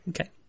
okay